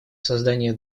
создание